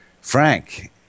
Frank